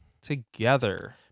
together